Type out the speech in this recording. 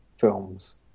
films